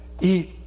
eat